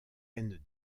end